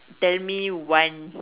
tell me one